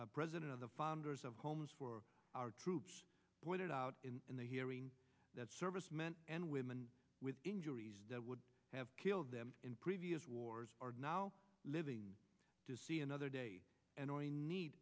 gonzales president of the founders of homes for our troops pointed out in the hearing that servicemen and women with injuries would have killed them in previous wars are now living to see another day and or in need